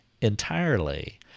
entirely